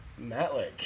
Matlick